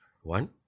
one